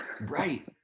Right